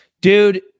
Dude